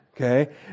Okay